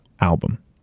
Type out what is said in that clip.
album